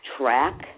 track